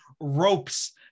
ropes